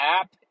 app